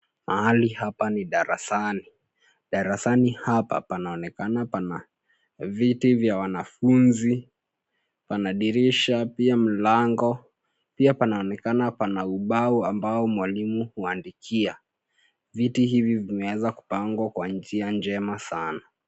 Mahali hapa ni darasani. Darasani hapa panaonekana pana viti vya wanafunzi ,pana dirisha, pia mlango .Pia panaonekaana pana ubao ambao mwalimu huandikia. Viti hivi vimeweza kupangwa kwa njia njema sana.